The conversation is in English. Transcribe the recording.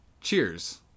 Cheers